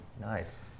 Nice